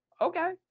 okay